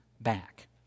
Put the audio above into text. back